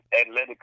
athletic